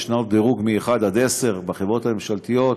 ישנו דירוג מ-1 עד 10 בחברות הממשלתיות,